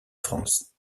france